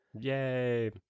yay